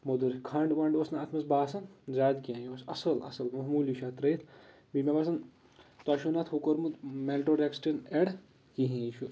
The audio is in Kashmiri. مۄدُر کھَنٛڈ وَنٛڈ اوس نہٕ اَتھ منٛز باسان زیادٕ کینٛہہ یہِ اوس اَصٕل اَصٕل معموٗلی چھِ اَتھ ترٛٲیِتھ بیٚیہِ مےٚ باسان تۄہِہ چھو نہٕ اَتھ ہُہ کوٚرمُت مٮ۪لٹوڈٮ۪کسٹِن اٮ۪ڈ کِہیٖنۍ یہِ چھُ